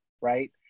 right